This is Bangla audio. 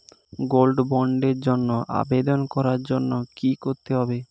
গোল্ড বন্ডের জন্য আবেদন করার জন্য কি করতে হবে?